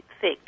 thick